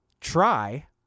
Try